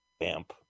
BAMP